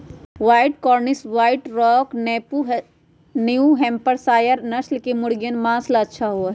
white Cornish, white rock, New Hampshire नस्ल के मुर्गियन माँस ला अच्छा होबा हई